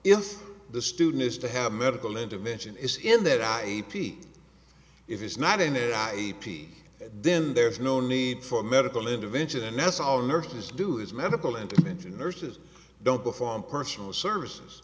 if the student is to have medical intervention is in that i eighty if it's not in a i e p then there's no need for medical intervention and that's all nurses do is medical intervention nurses don't perform personal services